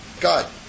God